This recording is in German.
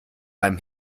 beim